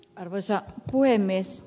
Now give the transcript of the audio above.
arvoisa puhemies